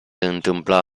întâmpla